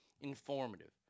informative